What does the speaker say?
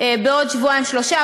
בעוד שבועיים-שלושה,